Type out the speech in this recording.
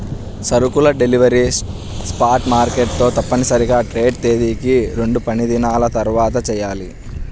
సరుకుల delivery spot market తో తప్పనిసరిగా ట్రేడ్ తేదీకి రెండుపనిదినాల తర్వాతచెయ్యాలి